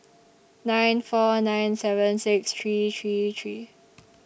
nine four nine seven six three three three